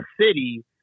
city